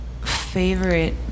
favorite